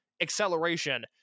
acceleration